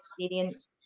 experience